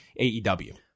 AEW